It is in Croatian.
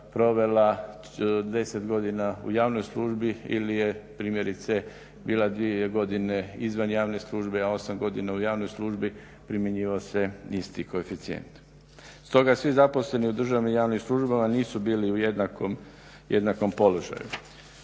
provela 10 godina u javnoj službi ili je primjerice bila dvije godine izvan javne službe, a 8 godina u javnoj službi primjenjivao se isti koeficijent. Stoga svi zaposleni u državnim javnim službama nisu bili u jednakom položaju.